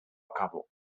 cabo